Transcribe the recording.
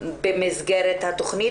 במסגרת התכנית